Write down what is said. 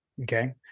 Okay